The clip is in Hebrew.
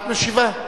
את משיבה?